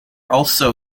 also